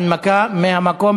הנמקה מהמקום,